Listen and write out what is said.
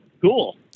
cool